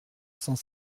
cent